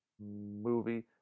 movie